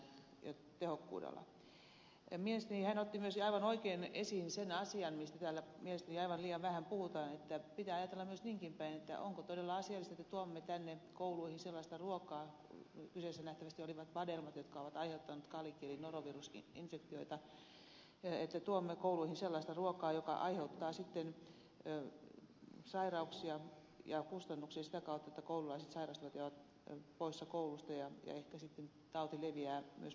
mielestäni hän otti myös aivan oikein esiin sen asian mistä täällä mielestäni aivan liian vähän puhutaan että pitää ajatella myös niinkin päin että onko todella asiallista että tuomme tänne kouluihin sellaista ruokaa kyseessä nähtävästi ovat olleet vadelmat jotka ovat aiheuttaneet kaliki eli norovirusinfektioita joka aiheuttaa sitten sairauksia ja kustannuksia sitä kautta että koululaiset sairastavat ja ovat poissa koulusta ja ehkä sitten tauti leviää myös muihin työntekijöihin